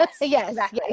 yes